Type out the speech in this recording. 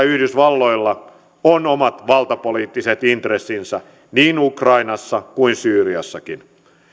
yhdysvalloilla on omat valtapoliittiset intressinsä niin ukrainassa kuin syyriassakin